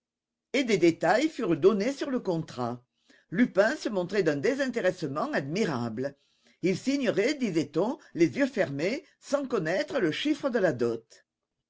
et des détails furent donnés sur le contrat lupin se montrait d'un désintéressement admirable il signerait disait-on les yeux fermés sans connaître le chiffre de la dot